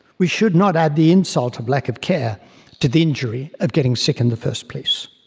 we should not add the insult of lack of care to the injury of getting sick in the first place.